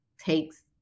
takes